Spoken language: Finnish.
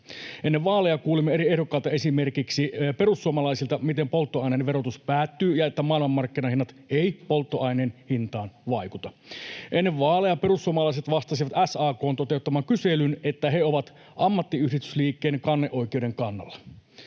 Ennen vaaleja kuulimme eri ehdokkailta, esimerkiksi perussuomalaisilta, miten polttoaineen verotus päättyy ja että maailmanmarkkinahinnat eivät polttoaineen hintaan vaikuta. Ennen vaaleja perussuomalaiset vastasivat SAK:n toteuttamaan kyselyyn, että he ovat ammattiyhdistysliikkeen kanneoikeuden kannalla.